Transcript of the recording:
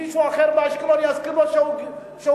מישהו אחר באשקלון יזכיר לו שהוא מגויר.